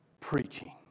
preaching